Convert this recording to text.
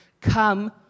come